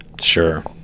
Sure